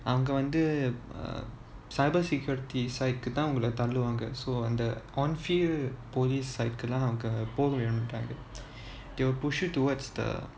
அவங்க வந்து:avanga vanthu uh cyber security side தான் உங்கள தள்ளுவாங்க:thaan ungala thalluvaanga so அந்த:antha on field police cycle அவங்க போக விட மாட்டாங்க:avanga poka vida maataanga they will push you towards the